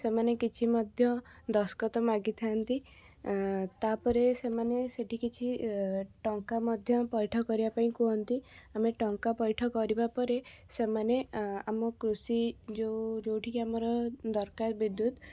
ସେମାନେ କିଛି ମଧ୍ୟ ଦସ୍ତଖତ ମାଗିଥାନ୍ତି ତାପରେ ସେମାନେ ସେଇଠି କିଛି ଟଙ୍କା ମଧ୍ୟ ପଇଠ କରିବା ପାଇଁ କୁହନ୍ତି ଆମେ ଟଙ୍କା ପଇଠ କରିବା ପରେ ସେମାନେ ଆ ଆମ କୃଷି ଯେଉଁ ଯେଉଁଠିକି ଆମର ଦରକାର ବିଦ୍ୟୁତ